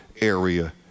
area